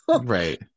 right